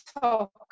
talk